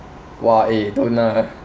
!wah! eh don't lah